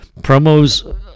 promos